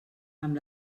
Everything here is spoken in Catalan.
amb